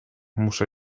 muszę